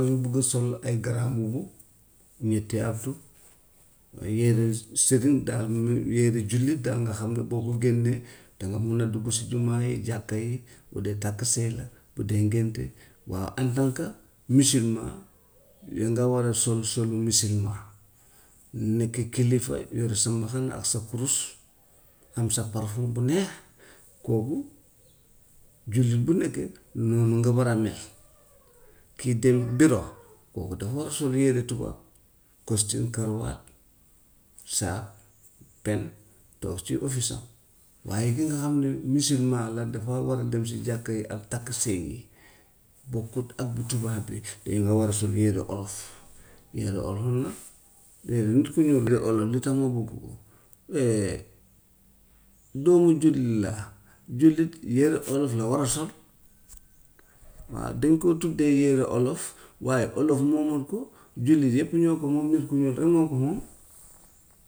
Dañuy bugg sol ay grand mbubu, ñetti abdou, ay yére sëriñ daal yére jullit daal nga xam ne ba bu génnee danga mun a dugg si jumaa yi jàkka yi bu dee takk sëy la, bu dee ngénte, waaw en tant que musulman danga war a sol solu musulman, mu nekk kilifa yor sa mbaxana ak sa kurus, am sa parfum bu neex, kooku jullit bu nekk noonu nga war a mel. Kiy dem bureau kooku dafa war a sol yére tubaab, costume karawaat, sac, pen, toog ci office(am). Waaye ki nga xam ne musulman la dafa war dem si jàkka yi ak takk sëy yi, bokkut ak bu tubaab bi, dañoo war a sol yére olof, yére olof nag. Yow nit ku ñuul yére olof lu tax mu buggu ko doomu jullit la, jullit yére olof la war a sol. Waa dañ koo tuddee yére olof waaye olof moomut ko jullit yëpp ñoo ko moom, nit ku ñuul rek ñoo ko moom.